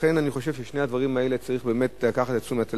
לכן אני חושב שאת שני הדברים האלה צריך באמת לקחת לתשומת הלב,